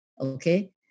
okay